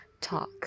talk